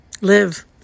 live